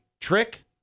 trick